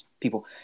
people